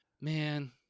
man